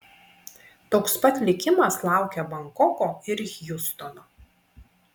toks pat likimas laukia bankoko ir hjustono